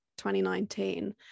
2019